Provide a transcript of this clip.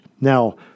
Now